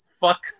fuck